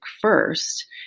first